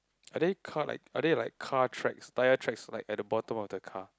are they car like are there like car tracks tyre tracks like at the bottom of the car